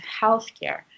healthcare